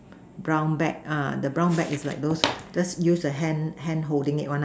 brown bag uh the brown bag is like those just use the hand hand holding it one lah